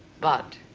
but,